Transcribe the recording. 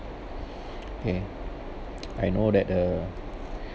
kay I know that uh